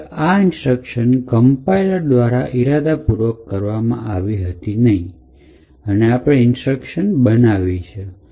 જોકે આ instruction compiler દ્વારા ઈરાદા પુર્વક કરવામાં આવી હતી નથી અને આપણે ઇન્સ્ટ્રક્શન બનાવી છે